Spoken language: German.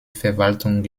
verwaltung